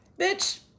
Bitch